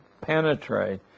penetrate